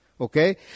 Okay